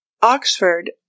Oxford